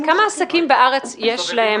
לכמה עסקים בארץ יש EMV?